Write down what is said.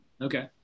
Okay